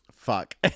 Fuck